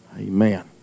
Amen